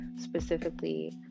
specifically